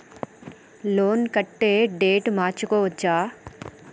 Loan కట్టే date మార్చుకోవచ్చా?